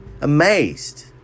amazed